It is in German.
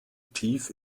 tief